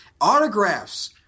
autographs